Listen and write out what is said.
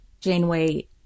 Janeway